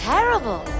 Terrible